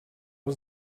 was